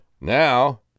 Now